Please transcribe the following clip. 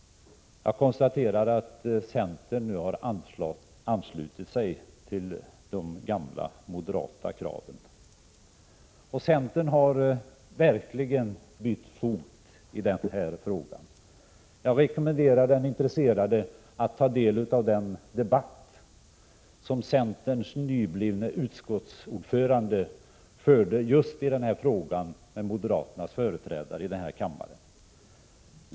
Jag konstaterar att centern nu har anslutit sig till de gamla moderata kraven. Centern har verkligen bytt fot i den här frågan. Jag rekommenderar den intresserade att ta del av den debatt som centerns nyblivne utskottsordförande förde just i denna fråga med moderaternas företrädare i denna kammare.